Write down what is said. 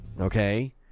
okay